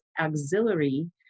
auxiliary